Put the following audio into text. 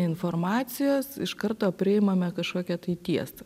informacijos iš karto priimame kažkokią tai tiesą